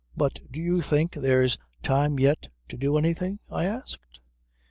but do you think there's time yet to do anything? i asked.